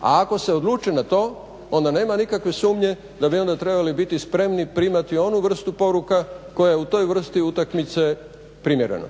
a ako se odluče na to onda nema nikakve sumnje da bi onda trebali biti spremni primati onu vrstu poruka koja je u toj vrsti utakmice primjerena.